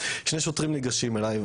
שני שוטרים ניגשים אליי.